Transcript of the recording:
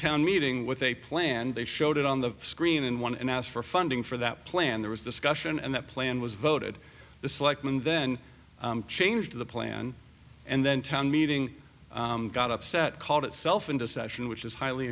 town meeting with a plan they showed it on the screen and when asked for funding for that plan there was discussion and that plan was voted the selectmen then changed to the plan and then town meeting got upset called itself into session which is highly